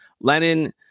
Lenin